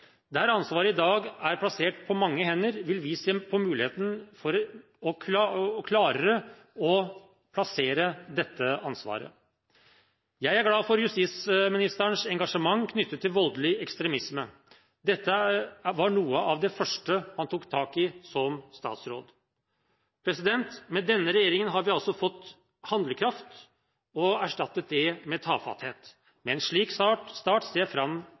Der ansvaret i dag er plassert på mange hender, vil vi se på muligheten for klarere å plassere dette ansvaret. Jeg er glad for justisministerens engasjement knyttet til voldelig ekstremisme. Dette var noe av det første han tok tak i som statsråd. Med denne regjeringen har vi altså fått handlekraft og erstattet tafatthet. Med en slik start ser jeg fram